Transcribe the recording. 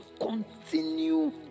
Continue